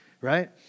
Right